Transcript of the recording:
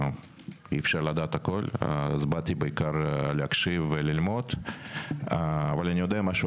אי אפשר לדעת הכול אז באתי בעיקר להקשיב וללמוד אבל אני יודע משהו